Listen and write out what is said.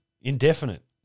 indefinite